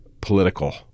political